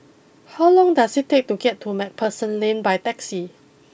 how long does it take to get to Macpherson Lane by taxi